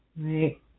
right